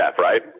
right